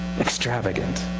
Extravagant